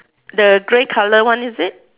the grey colour one is it